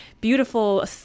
beautiful